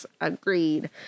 Agreed